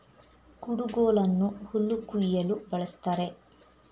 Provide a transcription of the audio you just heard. ಕುಡುಗೋಲನ್ನು ಹುಲ್ಲು ಕುಯ್ಯಲು ಬಳ್ಸತ್ತರೆ